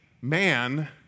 man